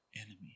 enemy